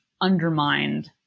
undermined